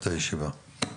הישיבה ננעלה בשעה